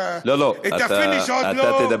את הפיניש עוד לא,